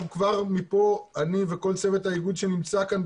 מפה אני וכל צוות ההיגוי שנמצא כאן,